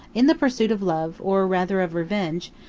in the pursuit of love, or rather of revenge,